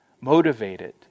motivated